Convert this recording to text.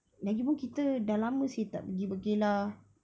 lagipun kita dah lama seh tak pergi berkelah